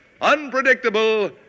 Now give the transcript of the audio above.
unpredictable